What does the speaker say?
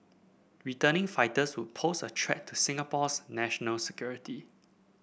returning fighters would pose a threat to Singapore's national security